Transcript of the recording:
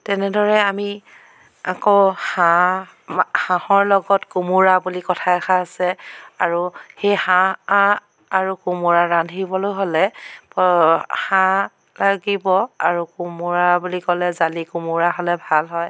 তেনেদৰে আমি আকৌ হাঁহ হাঁহৰ লগত কোমোৰা বুলি কথা এষাৰ আছে আৰু সেই হাঁহ আৰু কোমোৰা ৰান্ধিবলৈ হ'লে হাঁহ লাগিব আৰু কোমোৰা বুলি ক'লে জালি কোমোৰা হ'লে ভাল হয়